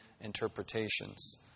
interpretations